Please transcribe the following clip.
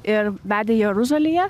ir vedė jeruzalėje